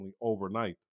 overnight